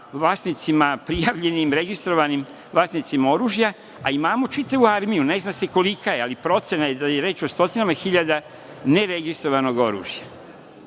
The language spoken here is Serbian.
vlasnicima prijavljenim, registrovanim vlasnicima oružja, a imamo čitavu armiju, ne zna se kolika je, ali procena je da je reč o stotinama hiljada neregistrovanog oružja.